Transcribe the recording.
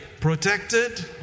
protected